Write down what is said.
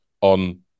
on